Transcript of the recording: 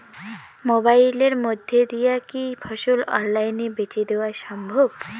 মোবাইলের মইধ্যে দিয়া কি ফসল অনলাইনে বেঁচে দেওয়া সম্ভব?